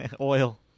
Oil